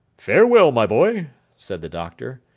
farewell, my boy said the doctor.